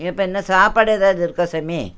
ஏப்பா என்ன சாப்பாடு எதாவது இருக்கா சாமி